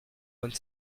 bonne